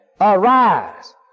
Arise